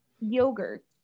yogurt